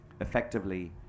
effectively